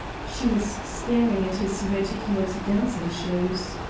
she was staring at his red-heeled dancing-shoes.